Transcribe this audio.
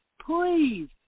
please